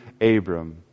Abram